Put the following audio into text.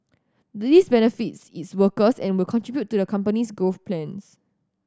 this benefits its workers and will contribute to the company's growth plans